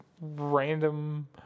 random